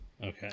Okay